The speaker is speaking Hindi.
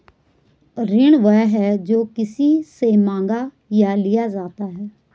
ऋण वह है, जो किसी से माँगा या लिया जाता है